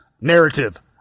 narrative